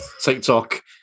TikTok